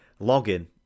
login